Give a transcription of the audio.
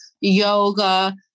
yoga